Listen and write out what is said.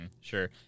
Sure